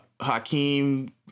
Hakeem